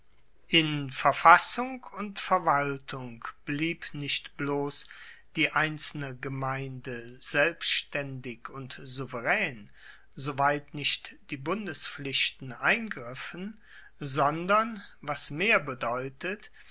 in verfassung und verwaltung blieb nicht bloss die einzelne gemeinde selbstaendig und souveraen soweit nicht die bundespflichten eingriffen sondern was mehr bedeutet